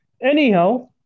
Anyhow